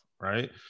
Right